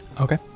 okay